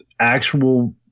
Actual